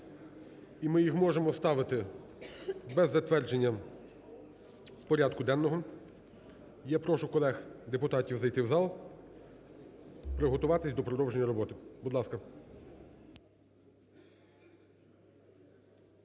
і ми їх можемо ставити без затвердження порядку денного. Я прошу колег-депутатів зайти в зал, приготуватись до продовження роботи. Будь ласка.